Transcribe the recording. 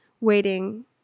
waiting